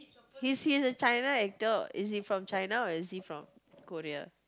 he's he's a China actor is he from China or is he from Korea